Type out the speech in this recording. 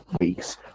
weeks